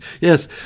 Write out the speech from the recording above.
Yes